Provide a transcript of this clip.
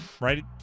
right